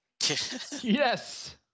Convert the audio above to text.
yes